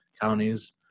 counties